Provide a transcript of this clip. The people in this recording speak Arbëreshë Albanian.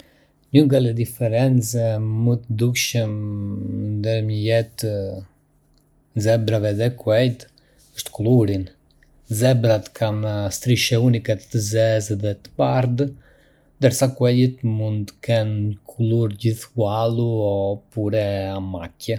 Një nga le differenze më të dukshme ndërmjet zebrave dhe kuajve është culurin: zebrat kanë strisce unikë të zezë dhe të bardhë, ndërsa kuajt mund të kenë një culur gjith gualu o a macchie.